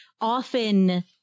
often